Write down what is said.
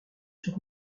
sur